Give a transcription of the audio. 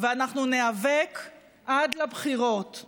על היבחרך מחדש לכנסת.